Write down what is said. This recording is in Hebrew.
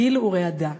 גיל ורעדה.